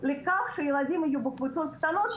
לפעול לכך שילדים יהיו בקבוצות קטנות,